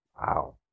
Wow